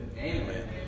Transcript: Amen